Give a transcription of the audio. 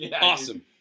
awesome